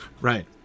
right